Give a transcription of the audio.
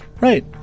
Right